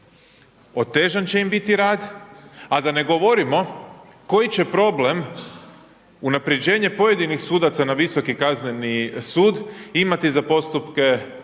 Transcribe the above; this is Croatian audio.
otežan će im biti rad a da ne govorimo koji će problem unaprjeđenje pojedinih sudaca na Visoki kazneni sud imati za postupke